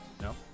no